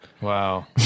Wow